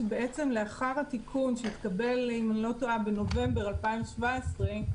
שבעצם לאחר התיקון שהתקבל בנובמבר 2017,